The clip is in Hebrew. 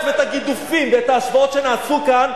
ואת הגידופים ואת ההשוואות שנעשו כאן.